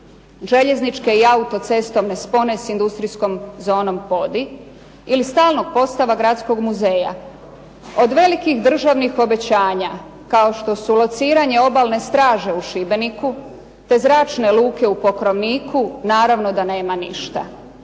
željezničke i auto-cestovne spone s industrijskom zonom .../Govornica se ne razumije./... ili stalnog postava Gradskog muzeja. Od velikih državnih obećanja kao što su lociranje Obalne straže u Šibeniku, te zračne luke u Pokrovniku naravno da nema ništa